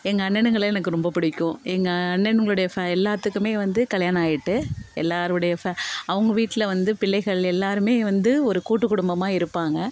எங்கள் அண்ணனுங்களை எனக்கு ரொம்ப பிடிக்கும் எங்கள் அண்ணனுங்களுடைய எல்லாத்துக்கும் வந்து கல்யாணம் ஆகிட்டு எல்லோருடைய அவங்க வீட்டில் வந்து பிள்ளைகள் எல்லோருமே வந்து ஒரு கூட்டு குடும்பமாக இருப்பாங்க